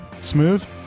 Smooth